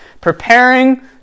preparing